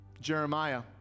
Jeremiah